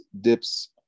dips